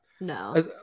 No